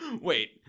Wait